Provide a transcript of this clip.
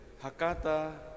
Hakata